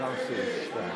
סעיף 2,